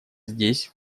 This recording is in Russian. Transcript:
здесь